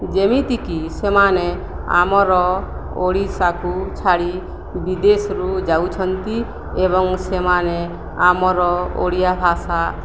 ଯେମିତିକି ସେମାନେ ଆମର ଓଡ଼ିଶାକୁ ଛାଡ଼ି ବିଦେଶରୁ ଯାଉଛନ୍ତି ଏବଂ ସେମାନେ ଆମର ଓଡ଼ିଆ ଭାଷା